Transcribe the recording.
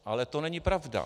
Ale to není pravda.